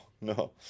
no